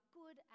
good